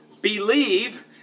believe